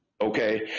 okay